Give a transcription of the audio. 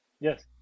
yes